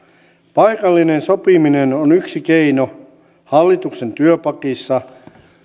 paikallinen sopiminen on yksi keino hallituksen työpakissa